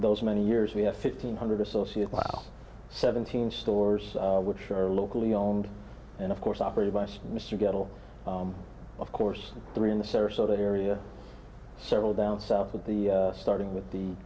those many years we have fifteen hundred associate well seventeen stores which are locally owned and of course operated by state mr get all of course three in the sarasota area several down south of the starting with the